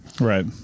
Right